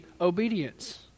obedience